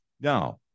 Now